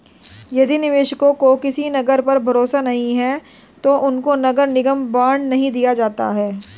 यदि निवेशकों को किसी नगर पर भरोसा नहीं है तो उनको नगर निगम बॉन्ड नहीं दिया जाता है